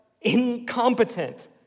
incompetent